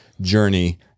journey